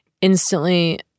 instantly